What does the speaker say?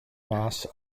mass